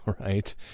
right